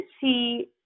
see